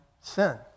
sin